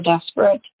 desperate